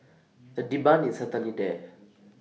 the demand is certainly there